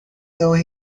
though